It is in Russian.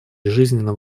жизненно